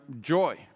JOY